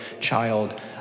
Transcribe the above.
child